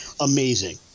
amazing